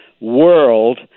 world